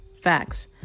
Facts